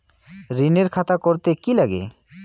ঋণের খাতা করতে কি লাগে?